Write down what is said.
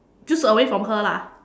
just away from her lah